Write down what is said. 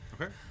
Okay